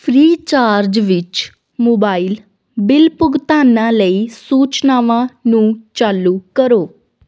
Freecharge ਵਿੱਚ mobile bill ਭੁਗਤਾਨਾਂ ਲਈ ਸੂਚਨਾਵਾਂ ਨੂੰ ਚਾਲੂ ਕਰੋ